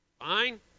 Fine